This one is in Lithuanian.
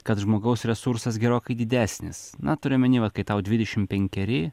kad žmogaus resursas gerokai didesnis na turiu omeny vat kai tau dvidešimt penkeri